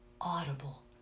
audible